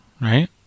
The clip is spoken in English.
right